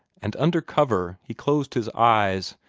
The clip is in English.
and under cover he closed his eyes,